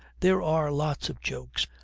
there are lots of jokes,